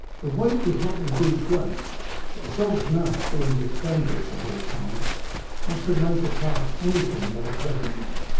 the weight was not indeed great but the dog's mouth being distended the whole time must have made the task anything but a pleasant one.